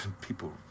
people